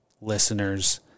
listeners